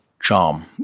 charm